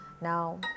now